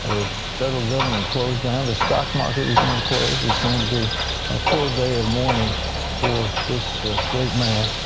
ah the federal government will close down. the stock market is going to close. it is going to be a full day of mourning for this great man,